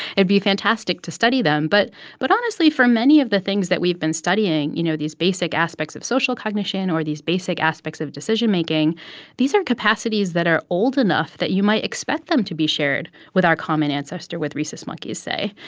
it would be fantastic to study them. but but honestly, for many of the things that we've been studying you know, these basic aspects of social cognition or these basic aspects of decision-making these are capacities that are old enough that you might expect them to be shared with our common ancestor, with rhesus monkeys, say.